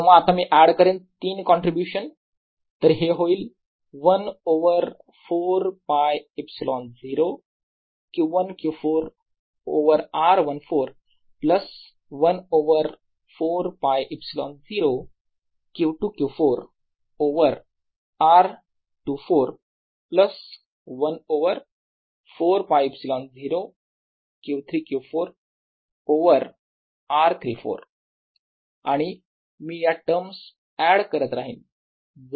तेव्हा आता मी ऍड करेन तीन कॉन्ट्रीब्युशन तर हे होईल 1 over 4ㄫε0 Q1 Q4 over r 14 plus 1 over 4ㄫε0 Q2 Q4 over r 24 plus 1 over 4ㄫε0 Q3 Q4 over r 34 आणि मी या टर्म्स ऍड करत राहीन